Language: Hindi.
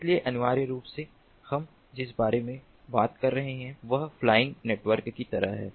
इसलिए अनिवार्य रूप से हम जिस बारे में बात कर रहे हैं वह फ्लाइंग नेटवर्क की तरह है